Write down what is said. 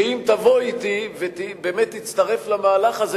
שאם תבוא אתי ובאמת תצטרף למהלך הזה,